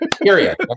Period